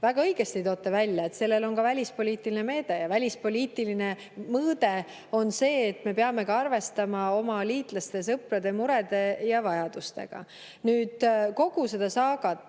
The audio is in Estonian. Väga õigesti toote välja, et sellel on ka välispoliitiline [mõõde]. Ja välispoliitiline mõõde on see, et me peame arvestama oma liitlaste ja sõprade murede ja vajadustega. Kogu seda saagat